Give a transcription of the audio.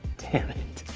damn it.